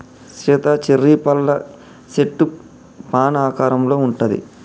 Sita cherry పళ్ళ సెట్టు fan ఆకారంలో ఉంటది